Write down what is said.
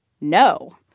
No